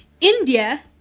India